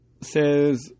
says